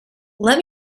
let